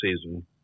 season